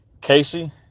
Casey